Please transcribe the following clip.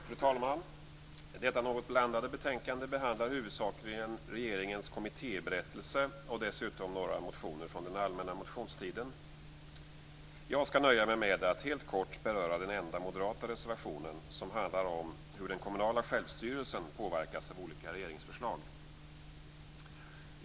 Fru talman! Detta något blandade betänkande behandlar huvudsakligen regeringens kommittéberättelse och dessutom några motioner från den allmänna motionstiden. Jag skall nöja mig med att helt kort beröra den enda moderata reservationen, som handlar om hur den kommunala självstyrelsen påverkas av olika regeringsförslag.